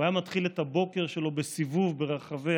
הוא היה מתחיל את הבוקר שלו בסיבוב ברחבי